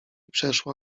przeszła